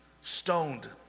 stoned